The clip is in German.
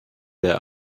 der